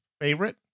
favorite